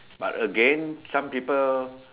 but again some people